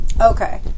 Okay